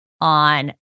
on